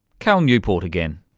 cal newport again.